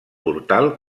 portal